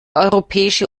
europäische